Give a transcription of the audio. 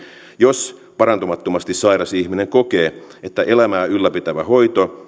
jos parantumattomasti sairas ihminen kokee että elämää ylläpitävä hoito